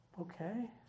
Okay